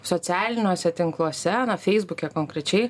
socialiniuose tinkluose feisbuke konkrečiai